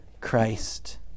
Christ